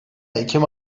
ekim